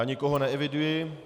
Nikoho neeviduji.